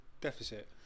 deficit